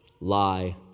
Lie